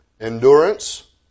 endurance